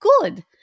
Good